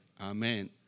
Amen